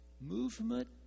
movement